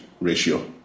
ratio